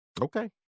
Okay